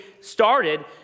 started